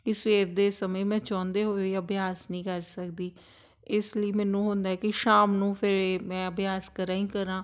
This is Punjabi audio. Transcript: ਕਿ ਸਵੇਰ ਦੇ ਸਮੇਂ ਮੈਂ ਚਾਹੁੰਦੇ ਹੋਏ ਅਭਿਆਸ ਨਹੀਂ ਕਰ ਸਕਦੀ ਇਸ ਲਈ ਮੈਨੂੰ ਹੁੰਦਾ ਕਿ ਸ਼ਾਮ ਨੂੰ ਫਿਰ ਮੈਂ ਅਭਿਆਸ ਕਰਾਂ ਹੀ ਕਰਾਂ